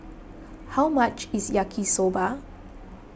how much is Yaki Soba